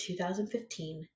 2015